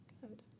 good